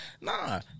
nah